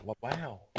wow